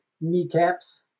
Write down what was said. kneecaps